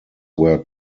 were